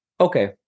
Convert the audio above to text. Okay